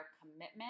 commitment